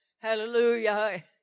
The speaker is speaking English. Hallelujah